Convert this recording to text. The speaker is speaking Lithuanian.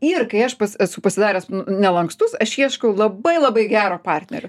ir kai aš pats esu pasidaręs nelankstus aš ieškau labai labai gero partnerio